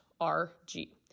RG